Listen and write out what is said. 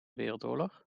wereldoorlog